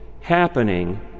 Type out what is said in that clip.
happening